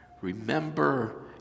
Remember